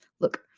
look